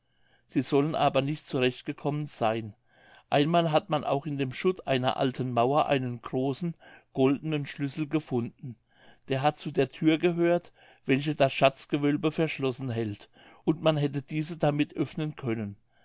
sie sollen aber nicht zurecht gekommen seyn einmal hat man auch in dem schutt einer alten mauer einen großen goldenen schlüssel gefunden der hat zu der thür gehört welche das schatzgewölbe verschlossen hält und man hätte diese damit öffnen können